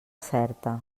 certa